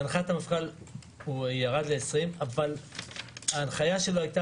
בהנחיית המפכ"ל הוא ירד ל-20 אבל ההנחיה שלו היתה